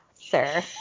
sir